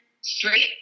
straight